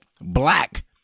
black